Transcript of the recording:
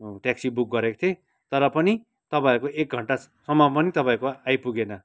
taxi book गरेको थिएँ तर पनि तपाईँहरूको एक घन्टासम्म पनि तपाईँहरूको आइपुगेन